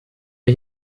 wir